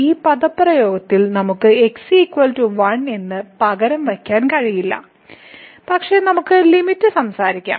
ഈ പദപ്രയോഗത്തിൽ നമുക്ക് x 1 എന്ന് പകരം വയ്ക്കാൻ കഴിയില്ല പക്ഷേ നമുക്ക് ലിമിറ്റ് സംസാരിക്കാം